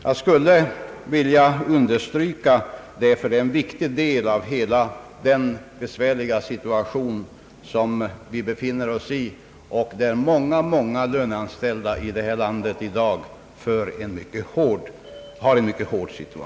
Jag vill understryka detta eftersom det gäller en viktig del av hela den besvärliga situation som vi befinner oss i, där många, många löneanställda här i landet är mycket hårt trängda.